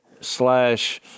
slash